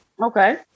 Okay